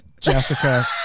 Jessica